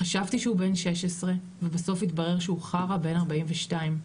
חשבתי שהוא בן 16 אבל בסוף התברר חרא בן 42,